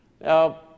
Now